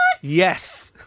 yes